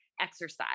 exercise